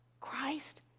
Christ